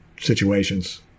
situations